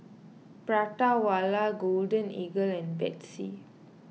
Prata Wala Golden Eagle and Betsy